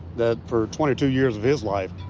the for twenty two years of his life.